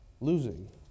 losing